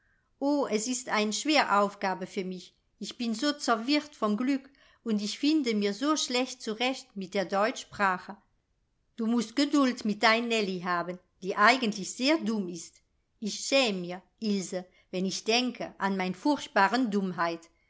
o es ist ein schwer aufgabe für mich ich bin so zerwirrt vom glück und ich finde mir so schlecht zurecht mit der deutsch sprache du mußt geduld mit dein nellie haben die eigentlich sehr dumm ist ich schäm mir ilse wenn ich denke an mein furchtbaren dummheit